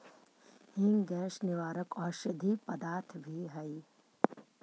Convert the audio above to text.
हींग गैस निवारक औषधि पदार्थ भी हई